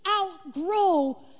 outgrow